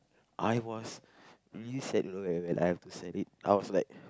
I was really sad to look at it like I have to send it out so like